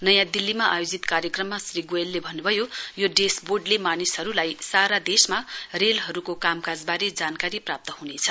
नयाँ दिल्लीमा आयोजित कार्यक्रममा श्री गोयलले भन्नुभयो यो डेशवोर्डले मानिसहरुलाई सारा देशमा रेलहरुको कामकाजबारे जानकारी प्राप्त हुनेछ